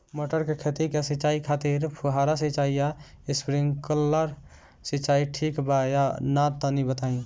मटर के खेती के सिचाई खातिर फुहारा सिंचाई या स्प्रिंकलर सिंचाई ठीक बा या ना तनि बताई?